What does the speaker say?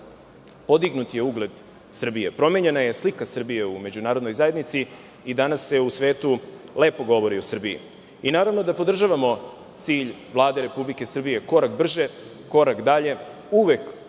podignut je ugled Srbije. Promenjena je slika Srbije u međunarodnoj zajednici i danas se u svetu lepo govori o Srbiji. Naravno da podržavamo cilj Vlade Republike Srbije – korak brže, korak dalje. Uvek